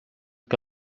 què